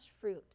fruit